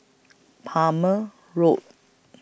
Palmer Road